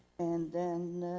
and then,